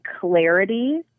clarity